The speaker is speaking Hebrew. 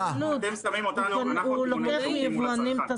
אתם שמים אותנו --- לא הבנתי.